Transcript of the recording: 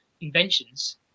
inventions